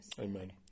Amen